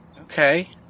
Okay